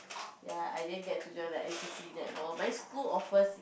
ya I didn't get to join the N_C_C netball my school offers